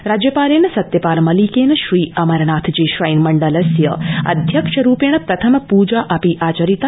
राज्यपालेन सत्यपाल मलिकेन श्रीअमरनाथजी श्राइन मण्डलस्य अध्यक्षरूपेण प्रथम पजा अपि आचरिता